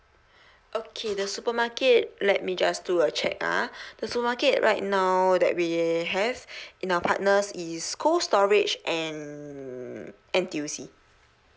okay the supermarket let me just do a check ah the supermarket right now that we have in our partners is cold storage and N_T_U_C